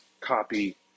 copy